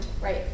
right